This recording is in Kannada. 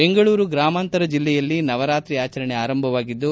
ಬೆಂಗಳೂರು ಗ್ರಾಮಾಂತರ ಜಿಲ್ಲೆಯಲ್ಲಿ ನವರಾತ್ರಿ ಆಚರಣೆ ಆರಂಭವಾಗಿದ್ದು